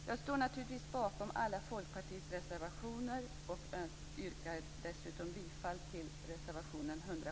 Jag står naturligtvis bakom alla